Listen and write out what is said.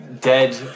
dead